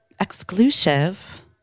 exclusive